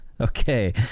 okay